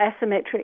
asymmetric